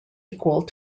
equal